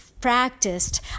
Practiced